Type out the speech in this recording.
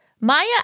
Maya